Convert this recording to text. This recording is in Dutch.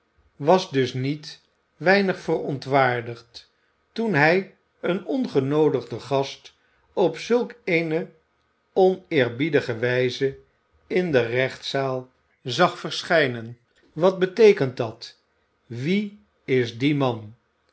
was dus niet weinig verontwaardigd toen hij een ongenoodigden gast op zulk eene oneerbiedige wijze in de gerechtszaal zag verschijnen wat beteekent dat wie is die man